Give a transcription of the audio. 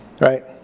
right